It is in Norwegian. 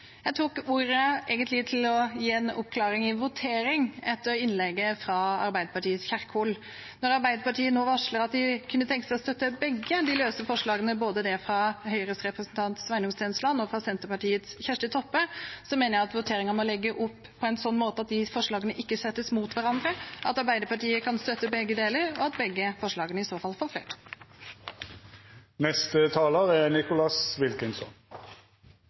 Jeg tok egentlig ordet for å gi en oppklaring til voteringen, etter innlegget fra Arbeiderpartiets representant Kjerkol. Når Arbeiderpartiet nå varsler at de kunne tenke seg å støtte begge de løse forslagene, både det som er tatt opp av Høyres representant Sveinung Stensland, og det fra Senterpartiets representant Kjersti Toppe, mener jeg at voteringen må legges opp på en sånn måte at de forslagene ikke settes mot hverandre, at Arbeiderpartiet kan støtte begge. Begge forslagene får i så fall flertall. Jeg og SV er